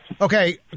okay